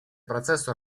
процессу